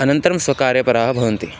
अनन्तरं स्वकार्यपराः भवन्ति